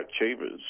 achievers